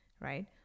right